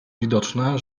widoczne